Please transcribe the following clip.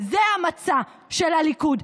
זה המצע של הליכוד,